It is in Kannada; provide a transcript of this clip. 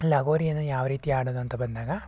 ಲಗೋರಿಯನ್ನು ಯಾವ ರೀತಿ ಆಡೋದಂತ ಬಂದಾಗ